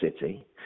City